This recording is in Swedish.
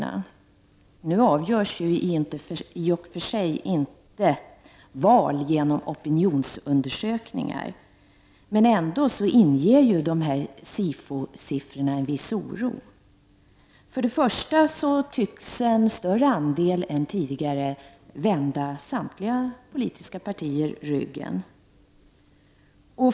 Ett val avgörs i och för sig inte genom opinionsundersökningar, men dessa SIFO-siffror inger ändå en viss oro. För det första tycks en större andel än tidigare vända samtliga politiska partier ryggen.